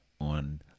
on